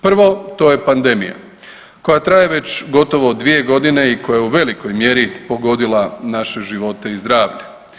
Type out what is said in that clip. Prvo to je pandemija koja traje već gotovo 2 godine i koja je u velikoj mjeri pogodila naše živote i zdravlje.